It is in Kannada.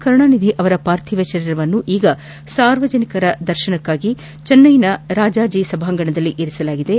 ಕರುಣಾನಿಧಿ ಅವರ ಪಾರ್ಥಿವ ಶರೀರವನ್ನು ಈಗ ಸಾರ್ವಜನಿಕ ದರ್ಶನಕ್ಕಾಗಿ ಚೆನ್ನೈನ ರಾಜಾಜಿ ಸಭಾಂಗಣದಲ್ಲಿ ಇರಿಸಲಾಗಿದ್ದು